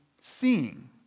seeing